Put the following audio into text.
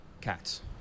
cats